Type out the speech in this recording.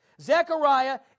Zechariah